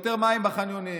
יותר מים בחניונים,